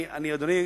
אדוני,